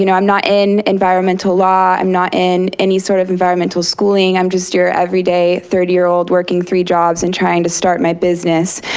you know i'm not in environmental law, i'm not in any sort of environmental schooling, i'm just your everyday thirty year old working three jobs and trying to start my business.